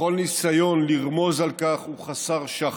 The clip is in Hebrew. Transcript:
וכל ניסיון לרמוז על כך הוא חסר שחר.